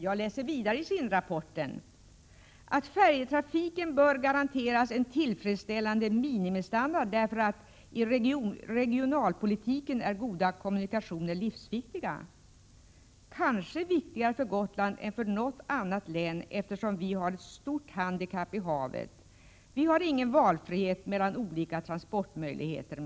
I SIND-rapporten kan man vidare läsa att färjetrafiken bör garanteras en tillfredsställande minimistandard, därför att goda kommunikationer är livsviktiga i regionalpolitiken. Kommunikationerna är kanske viktigare för Gotland än för något annat län, eftersom vi har ett stort handikapp, havet. Vi har minsann ingen valfrihet mellan olika transportmöjligheter.